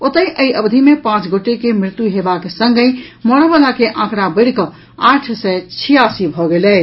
ओतहि एहि अवधि मे पांच गोटे के मृत्यु हेबाक संगहि मरयवला के आंकड़ा बढ़िकऽ आठ सय छियासी भऽ गेल अछि